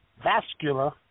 vascular